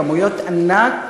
בכמויות ענק,